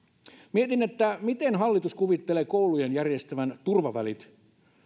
mietin miten hallitus kuvittelee koulujen järjestävän turvavälit